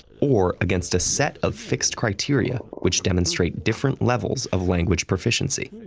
or against a set of fixed criteria, which demonstrate different levels of language proficiency.